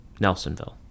nelsonville